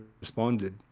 responded